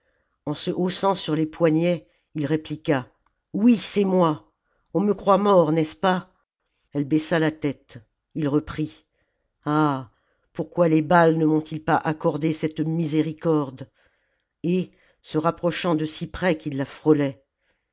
en se haussant sur les poignets il répliqua oui c'est moi on me croit mort n'est-ce pas elle baissa la tête ii reprit ah pourquoi les baais ne m'ont ils pas accordé cette miséricorde et se rapprochant de si près qu'il